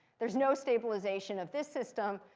there's no stabilization of this system,